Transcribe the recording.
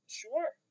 sure